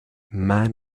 man